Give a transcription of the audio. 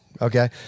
okay